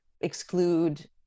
exclude